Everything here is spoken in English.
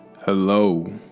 hello